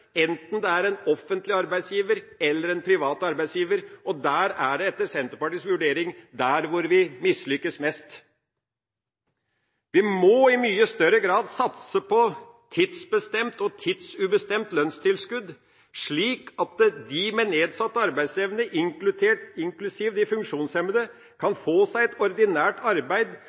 etter Senterpartiets vurdering, vi mislykkes mest. Vi må i mye større grad satse på tidsbestemt og tidsubestemt lønnstilskudd, slik at de med nedsatt arbeidsevne, inklusiv de funksjonshemmede, kan få et ordinært arbeid